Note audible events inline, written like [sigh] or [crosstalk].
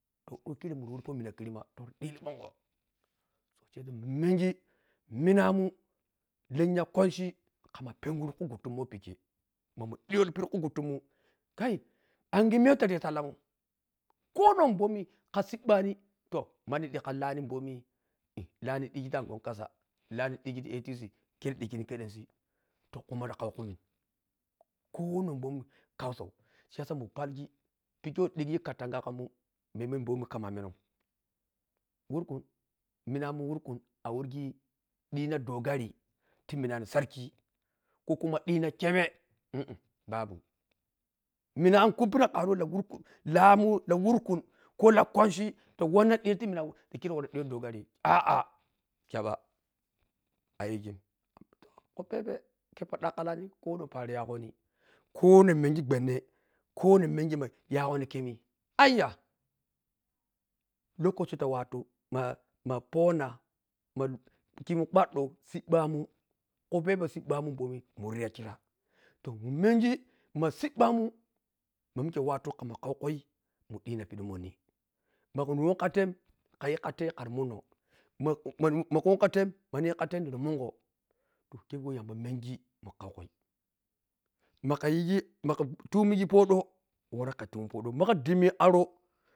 To dhoi khire munda wari fomina khindimah dhiyilibwongho ni mengi minamun lannya kwanchi khamma penguru ghutummun wah pekhe mamun dhiyho ti khugu tunmun kai angyemeiya wah taru tallemun khonokh bomi khasibbani to mannidhi khalhni bomi tohni dhige ti anguwan kasa lahni dhige ti ato khero dhigi khe dhensi [unintelligible] khinikh bomu kasau shiyasa mun pelgi kasau shiyasa mun pelgi pekhe wah dhikg katanga khamun memmeh bomi kham amenam wukum minamum wukum a warghe dhina dogaari ti minnanhi sarki kokuma dhina khebe “um um” babu mina an khuppina ariwah lahwukun lahmun lah wurkun ko lah kwanchi wanna dhiti mina ta khero wanna dogarim “aa” kyabwa ayughum khuphebe kheppho dhankha lanhi khon peri yoghoni konkh mengi gowanhe khonokh mengima yagwoni khemi ayiya lokoci ta watu ma ma phona ma khimun kbwadho siɓɓmun khuphebe sibbamun bani muriyakhira toh mumengi ma siɓɓmin ma mikhe watu khamkhau khui mundhina pidhi monny maghu wan khatem khati kkhate kharimunho makhu mahke womkhatem mani dhikhate nitimungho to khewah yamba mungi mu k haukhui makha yigi makhatummifodho wor khan tumi fodhogho makha dhemmigi aro.